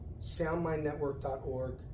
SoundMindNetwork.org